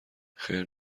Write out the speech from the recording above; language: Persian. خیر